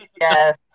Yes